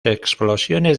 explosiones